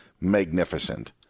magnificent